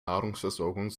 nahrungsversorgung